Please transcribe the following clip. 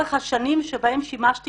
לאורך השנים שבהן שימשתי